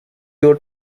your